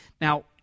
Now